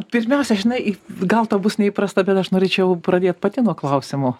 pirmiausia žinai gal tau bus neįprasta bet aš norėčiau pradėt pati nuo klausimo